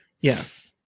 Yes